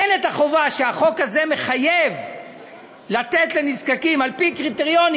אין החובה שהחוק הזה מחייב לתת לנזקקים על-פי קריטריונים,